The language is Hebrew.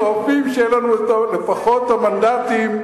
שואפים שיהיו לנו לפחות המנדטים,